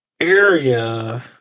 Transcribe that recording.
area